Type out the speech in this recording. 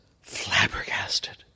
flabbergasted